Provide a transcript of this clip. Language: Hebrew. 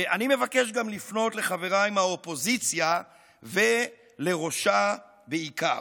אני מבקש גם לפנות לחבריי מהאופוזיציה ולראשה בעיקר.